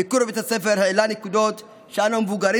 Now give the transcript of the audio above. הביקור בבית הספר העלה נקודות שאנו המבוגרים